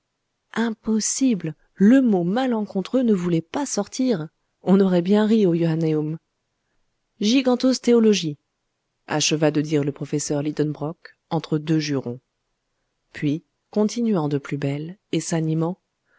impossible le mot malencontreux ne voulait pas sortir on aurait bien ri au johannaeum gigantostéologie acheva de dire le professeur lidenbrock entre deux jurons puis continuant de plus belle et s'animant